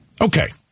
Okay